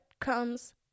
comes